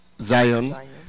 Zion